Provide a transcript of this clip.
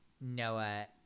Noah